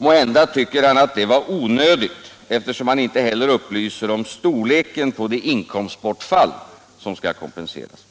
Måhända tyckte han att det var onödigt, eftersom han inte heller upplyser om storleken på det inkomstbortfall som skall kompenseras.